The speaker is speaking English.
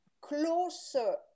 closer